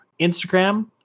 Instagram